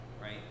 right